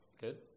Good